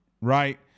right